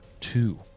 Two